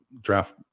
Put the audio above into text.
draft